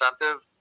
incentive